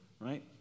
Right